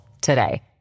today